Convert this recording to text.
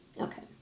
okay